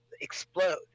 explode